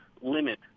limit